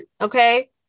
okay